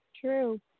True